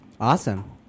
Awesome